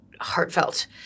heartfelt